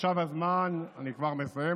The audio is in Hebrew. אני כבר מסיים,